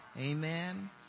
Amen